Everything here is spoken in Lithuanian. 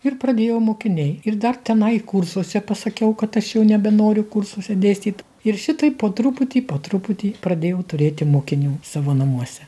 ir pradėjo mokiniai ir dar tenai kursuose pasakiau kad aš jau nebenoriu kursuose dėstyt ir šitaip po truputį po truputį pradėjau turėti mokinių savo namuose